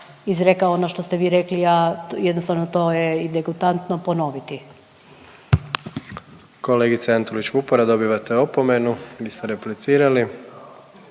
izrekao ono što ste vi rekli. Ja jednostavno to je i degutantno ponoviti. **Jandroković, Gordan (HDZ)** Kolegice Antolić Vupora, dobivate opomenu jer ste replicirali.